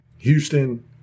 Houston